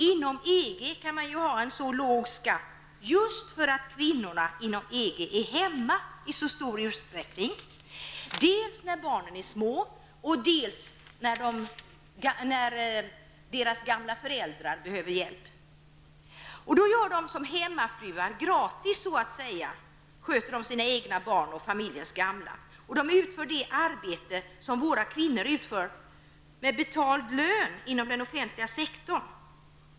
Inom EG kan man ha en så låg skatt just därför att kvinnorna inom EG i så stor utsträckning är hemma, dels när barnen är små och dels när de gamla föräldrarna behöver hjälp. Som hemmafruar sköter de sina egna barn och familjens gamla så att säga gratis. Det är det arbete våra kvinnor utför med betald lön inom den offentliga sektorn.